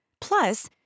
Plus